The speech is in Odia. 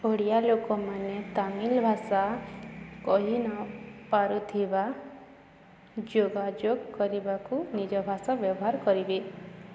ଓଡ଼ିଆ ଲୋକମାନେ ତାମିଲ ଭାଷା କହିନପାରୁଥିବା ଯୋଗାଯୋଗ କରିବାକୁ ନିଜ ଭାଷା ବ୍ୟବହାର କରିବେ